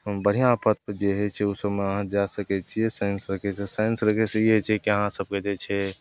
बढ़िआँ पदपर जे होइ छै ओहिसबमे अहाँ जा सकै छिए साइन्स रखैसे साइन्स रखैसे ई होइ छै कि अहाँ सभकेँ जे छै